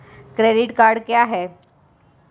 Credit card क्या है?